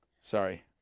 Sorry